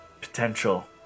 potential